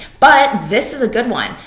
but this is a good one.